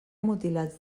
mutilats